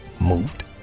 moved